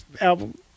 album